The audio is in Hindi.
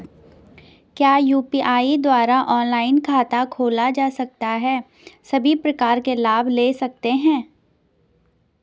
क्या यु.पी.आई द्वारा ऑनलाइन खाता खोला जा सकता है सभी प्रकार के लाभ ले सकते हैं?